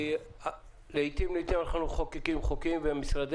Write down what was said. לעיתים אנחנו מחוקקים חוקים ומשרדי